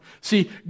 See